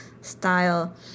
style